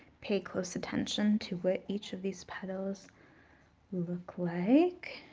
pay close attention to what each of these petals look like.